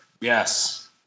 Yes